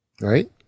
right